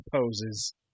poses